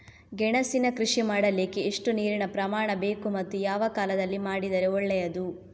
ಗೆಣಸಿನ ಕೃಷಿ ಮಾಡಲಿಕ್ಕೆ ಎಷ್ಟು ನೀರಿನ ಪ್ರಮಾಣ ಬೇಕು ಮತ್ತು ಯಾವ ಕಾಲದಲ್ಲಿ ಮಾಡಿದರೆ ಒಳ್ಳೆಯದು?